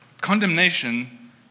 Condemnation